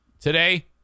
Today